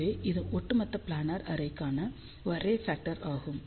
எனவே இது ஒட்டுமொத்த பிளானர் அரே க்கான அரே ஃபக்டர் ஆகும்